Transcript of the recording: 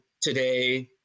today